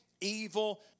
evil